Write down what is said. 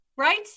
right